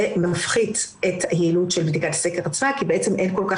זה מפחית את יעילות בדיקת הסקר עצמה כי בעצם אין כל כך